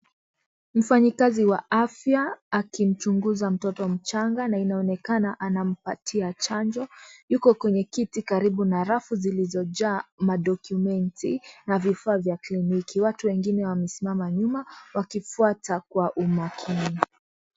Mfanyikazi wa afya akimchunguza mtoto mchanga na inaonekana anampatia chanjo. Yuko kwenye kiti karibu na rafu zilizojaa madokumenti na vifaa vya kliniki. Watu wengine wamesimama nyuma wakifuata kwa umakini.